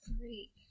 three